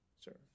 Sir